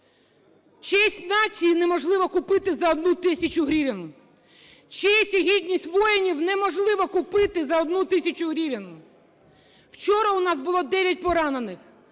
Честь нації неможливо купити за одну тисячу гривень, честь і гідність воїнів неможливо купити за одну тисячу гривень. Вчора у нас було 9 поранених,